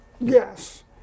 Yes